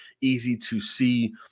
easy-to-see